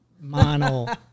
mono